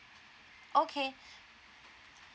okay